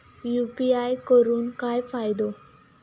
UPI करून काय फायदो?